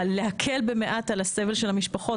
להקל במעט על הסבל של המשפחות,